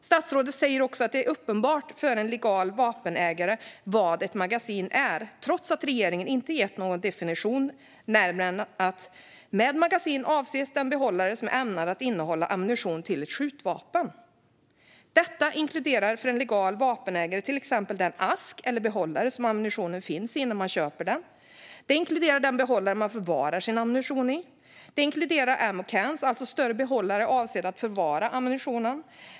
Statsrådet säger också att det är uppenbart för en legal vapenägare vad ett magasin är, trots att regeringen inte gett någon närmare definition än denna: "Med magasin avses den behållare som är ämnad att innehålla ammunition till ett skjutvapen." Detta inkluderar för en legal vapenägare till exempel den ask eller behållare som ammunitionen finns i när man köper den. Det inkluderar den behållare man förvarar sin ammunition i. Det inkluderar så kallade ammo cans, alltså större behållare avsedda att förvara ammunitionen i.